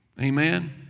amen